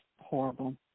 horrible